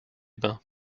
bains